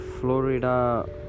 Florida